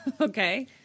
Okay